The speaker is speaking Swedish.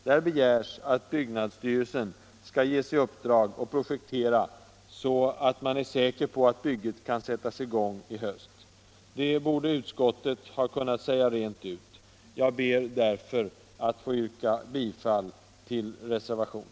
Där begärs att byggnadsstyrelsen skall ges i uppdrag att projektera, så att man är säker på att bygget kan sättas i gång i höst. Det borde utskottet ha kunnat säga rent ut. Jag ber att få yrka bifall till reservationen.